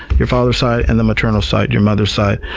your father's side, and the maternal side, your mother's side.